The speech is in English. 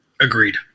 Agreed